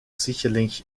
sicherlich